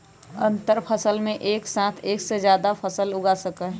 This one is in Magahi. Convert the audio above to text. अंतरफसल में एक साथ एक से जादा फसल उगा सका हई